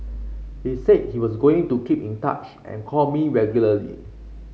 he said that he was going to keep in touch and call me regularly